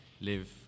live